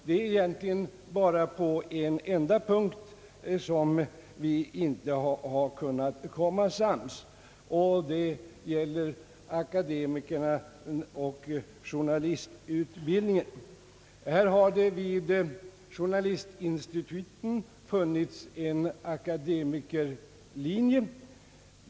Det är egentligen bara på en enda punkt som vi inte har kunnat komma sams, och den gäller akademikerna och journalistutbildningen. Vid journalistinstituten har det funnits en akademikerlinje.